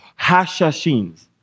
hashashins